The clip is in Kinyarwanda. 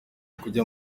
kujya